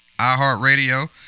iHeartRadio